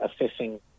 assessing